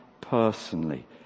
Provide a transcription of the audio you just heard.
personally